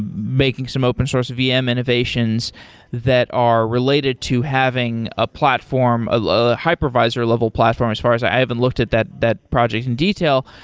making some open source vm innovations that are related to having a platform, a hypervisor level platform as far i haven't looked at that that project in detail.